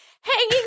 hanging